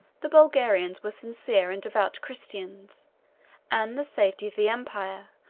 the bulgarians were sincere and devout christians and the safety of the empire,